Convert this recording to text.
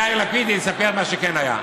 יאיר לפיד יספר מה שכן היה.